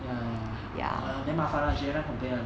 ya ya ya ah damn 麻烦 [one] she every time complain [one]